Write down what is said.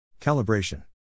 Calibration